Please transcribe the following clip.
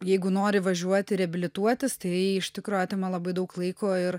jeigu nori važiuoti reabilituotis tai iš tikro atima labai daug laiko ir